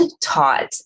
taught